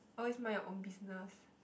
oh it's my own business